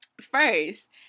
First